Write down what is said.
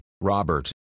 Robert